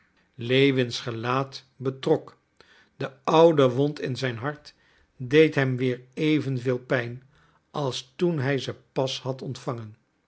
lewins gelaat betrok de oude wond in zijn hart deed hem weer even veel pijn als toen hij ze pas had ontvangen